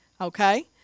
Okay